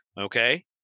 Okay